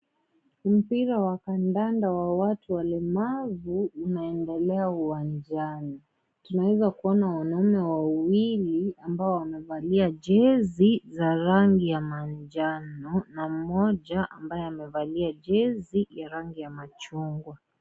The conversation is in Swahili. Mpira wa kandanda wa watu walemavu unaendelea uwanjani tunaweza kuona wanaume wawili ambao wamevalia jezi za rangi ya manjano na mmoja ambaye amevalia jezi ya rangi ya machungwa.